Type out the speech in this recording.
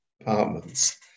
apartments